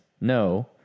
no